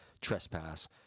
Trespass